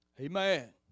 amen